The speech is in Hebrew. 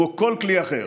כמו כל כלי אחר.